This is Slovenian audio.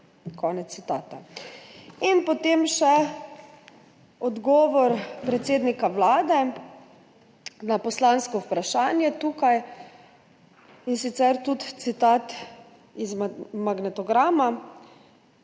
Konec citata. In potem še odgovor predsednika Vlade na poslansko vprašanje tukaj, in sicer tudi citat iz magnetograma,